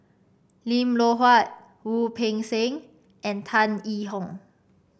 Lim Loh Huat Wu Peng Seng and Tan Yee Hong